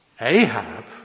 Ahab